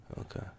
Okay